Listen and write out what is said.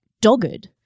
dogged